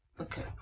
Okay